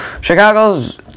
Chicago's